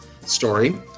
story